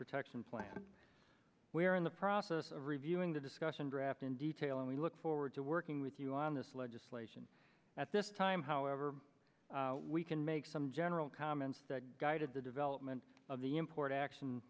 protection plan we are in the process of reviewing the discussion draft in detail and we look forward to working with you on this legislation at this time however we can make some general comments that guided the development of the import action